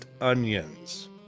onions